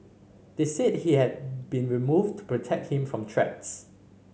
they said he had been removed to protect him from threats